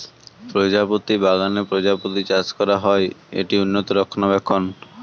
প্রজাপতি বাগানে প্রজাপতি চাষ করা হয়, এটি উন্নত রক্ষণাবেক্ষণ